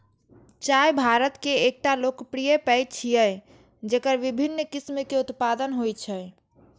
चाय भारत के एकटा लोकप्रिय पेय छियै, जेकर विभिन्न किस्म के उत्पादन होइ छै